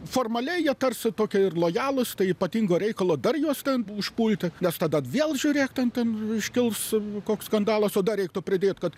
formaliai jie tarsi tokie lojalūs tai ypatingo reikalo dar juos ten užpulti nes tada vėl žiūrėk ten ten iškils koks skandalas o dar reiktų pridėt kad